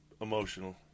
emotional